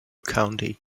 county